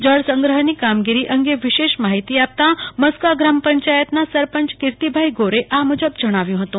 જળસંગ્રહની કામગીરી અંગે વિશેષ માહિતી આપતા મસ્કા ગ્રામ પંચાયતના સરપંચ કિર્તીભાઈ ગોરે આ મુજબ જણાવ્યું હતું